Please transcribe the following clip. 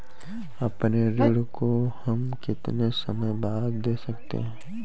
अपने ऋण को हम कितने समय बाद दे सकते हैं?